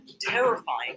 terrifying